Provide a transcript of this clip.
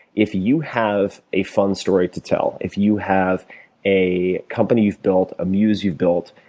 if you have a fun story to tell, if you have a company you've built, a muse you've built,